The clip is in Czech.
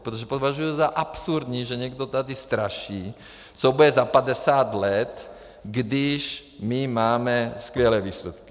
Protože považuji za absurdní, že někdo tady straší, co bude za padesát let, když my máme skvělé výsledky.